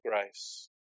grace